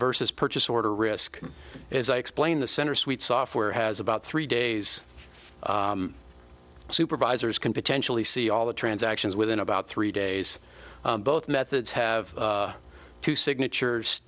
versus purchase order risk as i explained the center suite software has about three days supervisors can potentially see all the transactions within about three days both methods have two signatures